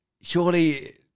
surely